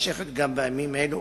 הנמשכת גם בימים אלה,